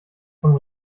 vom